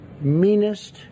meanest